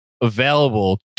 available